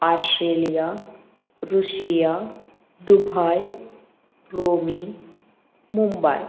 Australia Russia Dubai Rome Mumbai